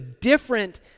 different